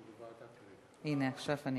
לוועדת החוץ והביטחון